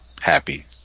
happy